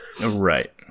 Right